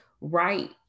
right